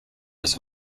his